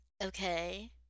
okay